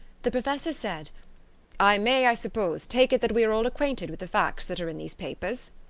the professor said i may, i suppose, take it that we are all acquainted with the facts that are in these papers.